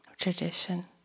tradition